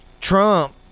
trump